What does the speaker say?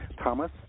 Thomas